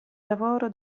lavoro